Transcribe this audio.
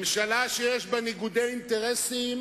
ממשלה שיש בה ניגודי אינטרסים